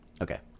Okay